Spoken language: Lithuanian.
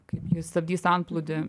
kaip jie stabdys antplūdį